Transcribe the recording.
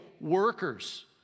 workers